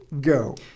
go